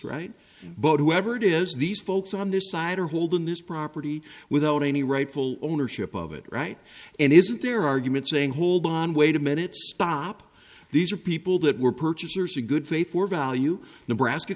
right but whoever it is these folks on this side are holding this property without any rightful ownership of it right and isn't their argument saying hold on wait a minute stop these are people that were purchasers of good faith for value nebraska